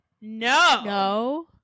no